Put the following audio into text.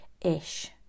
ish